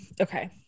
okay